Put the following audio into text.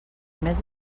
més